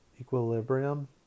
equilibrium